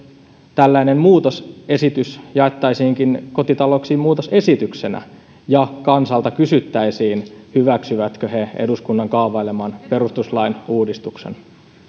tällainen muutosesitys jaettaisiinkin kotitalouksiin muutosesityksenä ja kansalta kysyttäisiin hyväksyvätkö he eduskunnan kaavaileman perustuslain uudistuksen